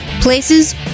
places